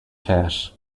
cache